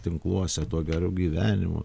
tinkluose tuo geru gyvenimu